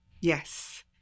Yes